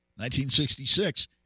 1966